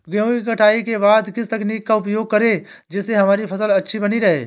गेहूँ की कटाई के बाद किस तकनीक का उपयोग करें जिससे हमारी फसल अच्छी बनी रहे?